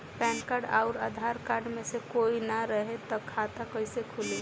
Pan card आउर Aadhaar card मे से कोई ना रहे त खाता कैसे खुली?